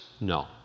No